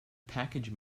package